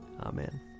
Amen